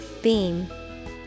beam